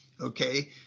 Okay